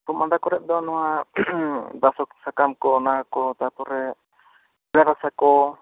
ᱠᱷᱩᱜ ᱢᱟᱫᱟ ᱠᱚᱨᱮ ᱫᱚ ᱱᱚᱣᱟ ᱵᱟᱥᱚᱫ ᱥᱟᱠᱟᱢ ᱠᱚ ᱚᱱᱟ ᱠᱚ ᱛᱟᱯᱚᱨᱮ ᱧᱮᱞᱮ ᱨᱟᱥᱟ ᱠᱚ